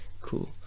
cool